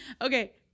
okay